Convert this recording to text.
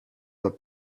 the